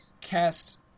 cast